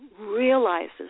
realizes